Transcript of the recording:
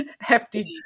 hefty